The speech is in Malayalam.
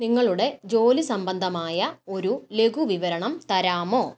നിങ്ങളുടെ ജോലി സംബന്ധമായ ഒരു ലഘു വിവരണം തരാമോ